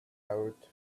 out